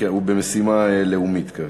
כי הוא במשימה לאומית.